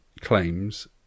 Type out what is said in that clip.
claims